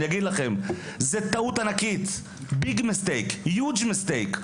זאת טעות ענקית, big mistake, huge mistake.